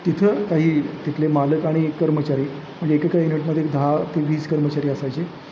तिथं काही तिथले मालक आणि कर्मचारी म्हणजे एकेका युनिटमध्ये दहा ते वीस कर्मचारी असायचे